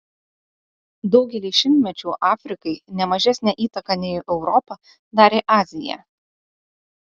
daugelį šimtmečių afrikai ne mažesnę įtaką nei europa darė azija